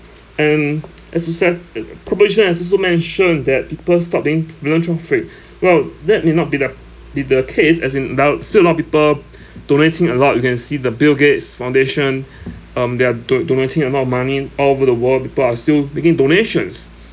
and as you said the proposition has also mentioned that people stopped being philanthropy well that need not be the be the case as in now still a lot of people donating a lot you can see the bill gates foundation um they are do~ donating a lot of money all over the world people are still making donations